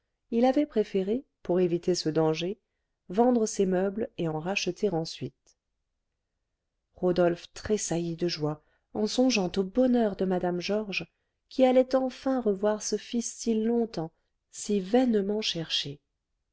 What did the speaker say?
il avait préféré pour éviter ce danger vendre ses meubles et en racheter ensuite rodolphe tressaillit de joie en songeant au bonheur de mme georges qui allait enfin revoir ce fils si longtemps si vainement cherché